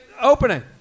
opening